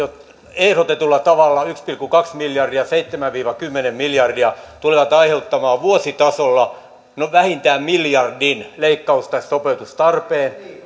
ehdotetulla tavalla yksi pilkku kaksi miljardia seitsemän viiva kymmenen miljardia tulevat aiheuttamaan vuositasolla vähintään miljardin leikkaus tai sopeutustarpeen